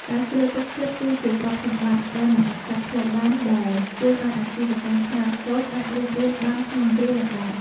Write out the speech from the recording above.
ការជឿទុកចិត្ត គឺជាទ្រព្យសម្បត្តិដែលមិនអាចកាត់ថ្លៃបានដែលជួយឱ្យអាជីវកម្មខ្នាតតូចអាចរស់រានបានក្នុងគ្រាលំបាក។